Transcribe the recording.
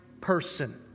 person